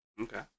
Okay